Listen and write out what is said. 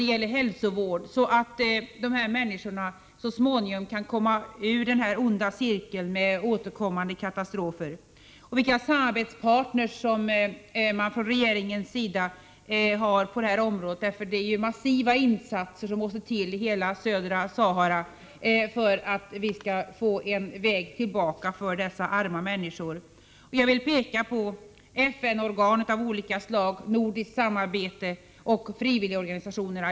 Det gäller ju att se till att människorna i det aktuella området så småningom kan komma ur den onda cirkel med återkommande katastrofer som de hamnat i. Vilka samarbetspartner har man från regeringens sida i detta sammanhang? Det är ju massiva insatser som måste göras i hela södra Sahara för att kunna finna en väg tillbaka till ett bättre liv för dessa arma människor. Jag vill peka på de möjligheter som finns i dessa sammanhang — det gäller FN-organ av olika slag, nordiskt samarbete och frivilligorganisationerna.